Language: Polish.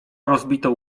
rozbitą